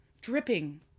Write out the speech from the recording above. dripping